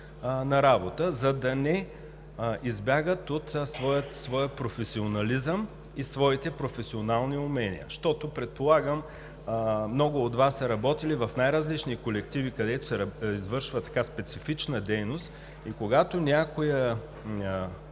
на работа, за да не избягат от своя професионализъм и своите професионални умения. Защото, предполагам, много от Вас са работили в най-различни колективи, където се извършва такава специфична дейност и когато някоя